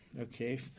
Okay